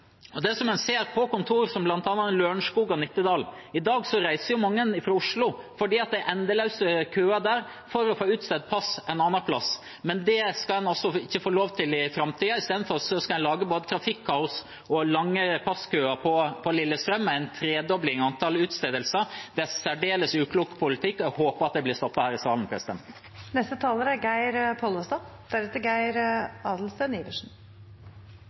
Det en ser ved lensmannskontor som bl.a. på Lørenskog og i Nittedal, er at mange reiser dit fra Oslo for å få utstedt pass, fordi det er endeløse køer. Det skal en altså ikke få lov til i framtiden. I stedet skal en lage både trafikkaos og lange passkøer på Lillestrøm, med en tredobling av antall utstedelser. Det er særdeles uklok politikk, og jeg håper det blir stoppet her i salen. Det vart hevda at ein ikkje må gjera alle saker til spørsmål om sentralisering. Men dette er